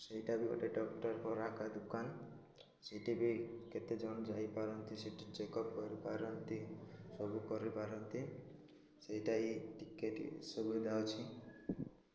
ସେଇଟା ବି ଗୋଟେ ଡକ୍ଟର ଦୋକାନ ସେଇଠି ବି କେତେ ଜଣ ଯାଇପାରନ୍ତି ସେଠି ଚେକ୍ ଅପ୍ କରିପାରନ୍ତି ସବୁ କରିପାରନ୍ତି ସେଇଟା ହିଁ ଟିକେ ସୁବିଧା ଅଛି